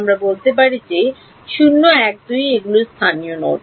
আমি বলতে পারি যে 0 1 2 এগুলি স্থানীয় নোড